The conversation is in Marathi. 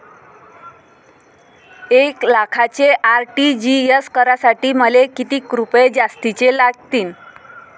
एक लाखाचे आर.टी.जी.एस करासाठी मले कितीक रुपये जास्तीचे लागतीनं?